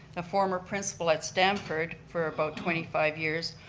former principal at stanford for about twenty five years,